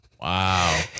Wow